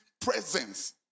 presence